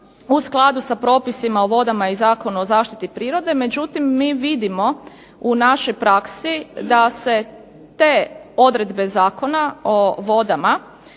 u skladu sa propisima o vodama i Zakonu o zaštiti prirode, međutim, mi vidimo u našoj praksi da se te odredbe Zakona o vodama